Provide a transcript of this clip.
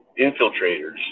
infiltrators